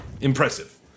impressive